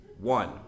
One